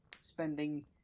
spending